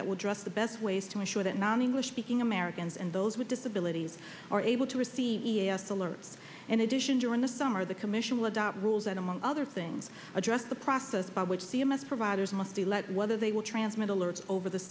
that will dress the best ways to ensure that non english speaking americans and those with disabilities are able to receive alerts and edition during the summer the commission will adopt rules that among other things address the process by which the in providers must be let whether they will transmit alerts over the